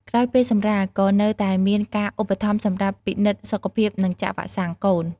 ក្រោយពេលសម្រាល ក៏នៅតែមានការឧបត្ថម្ភសម្រាប់ពិនិត្យសុខភាពនិងចាក់វ៉ាក់សាំងកូន។